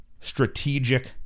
strategic